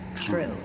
true